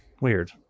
weird